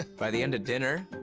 by the end of dinner,